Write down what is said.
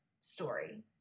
story